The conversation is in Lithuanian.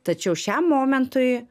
tačiau šiam momentui